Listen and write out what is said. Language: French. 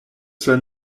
cela